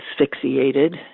asphyxiated